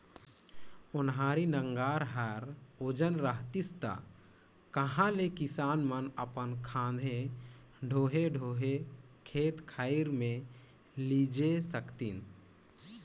ओन्हारी नांगर हर ओजन रहतिस ता कहा ले किसान मन अपन खांधे डोहे डोहे खेत खाएर मे लेइजे सकतिन